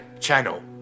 channel